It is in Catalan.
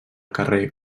carrer